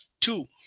Two